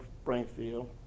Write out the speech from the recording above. Springfield